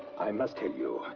i must tell you,